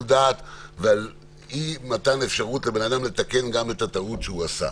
דעת ועל אי-מתן אפשרות לבן אדם לתקן את הטעות שהוא עשה.